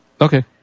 Okay